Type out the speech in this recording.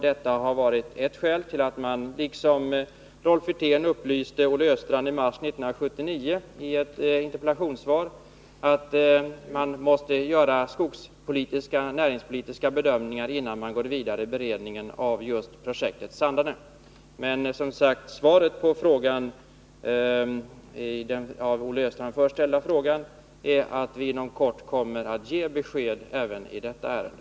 Jag hänvisar till att Rolf Wirtén i mars 1979 i ett interpellationssvar upplyste Olle Östrand om att sådana skogspolitiska och regionalpolitiska bedömningar måste göras — det gäller också innan man går vidare i beredningen av just projektet Sandarne. Men, som sagt, svaret på den av Olle Östrand först ställda frågan är att vi inom kort kommer att ge besked även i detta ärende.